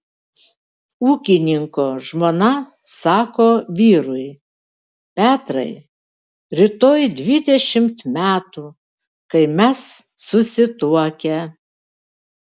ūkininko žmona sako vyrui petrai rytoj dvidešimt metų kai mes susituokę